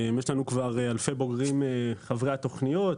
יש לנו כבר אלפי בוגרים חברי התכניות,